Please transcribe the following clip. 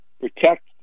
protect